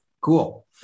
Cool